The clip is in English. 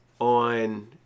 on